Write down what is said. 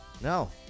No